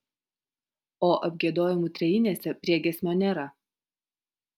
o apgiedojimų trejinėse priegiesmio nėra